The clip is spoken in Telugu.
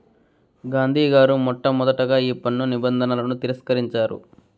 గాంధీ గారు మొట్టమొదటగా ఈ పన్ను నిబంధనలను తిరస్కరించారు